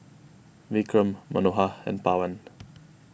Vikram Manohar and Pawan